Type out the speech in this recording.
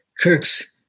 Kirk's